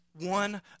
one